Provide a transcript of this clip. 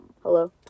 Hello